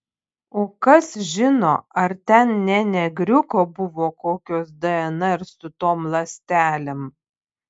o kas žino ar ten ne negriuko buvo kokios dnr su tom ląstelėm